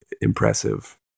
impressive